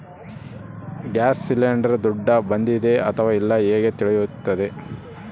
Gas cylinder ದುಡ್ಡು ಬಂದಿದೆ ಅಥವಾ ಇಲ್ಲ ಹೇಗೆ ತಿಳಿಯುತ್ತದೆ?